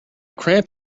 cramp